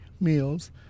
meals